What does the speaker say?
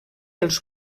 els